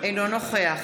אינו נוכח